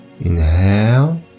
inhale